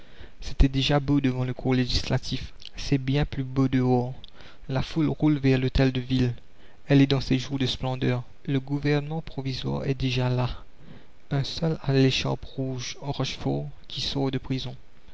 c'était déjà beau devant le corps législatif c'est bien plus beau dehors la foule roule vers l'hôtel de ville elle est dans ses jours de splendeur le gouvernement provisoire est déjà là un seul a l'écharpe rouge rochefort qui sort de prison